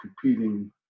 competing